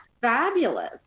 fabulous